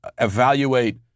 evaluate